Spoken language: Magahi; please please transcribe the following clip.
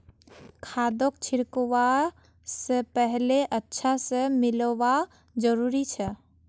खादक छिड़कवा स पहले अच्छा स मिलव्वा जरूरी छ